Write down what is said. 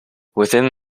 within